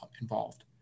involved